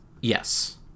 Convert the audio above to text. Yes